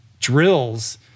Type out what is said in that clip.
drills